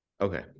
Okay